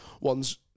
One's